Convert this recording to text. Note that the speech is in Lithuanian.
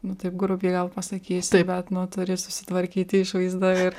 nu taip grubiai gal pasakysiu bet nu turi susitvarkyti išvaizdą ir